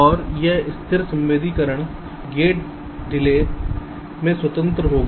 और यह स्थिर संवेदीकरण गेट देरी से स्वतंत्र होगा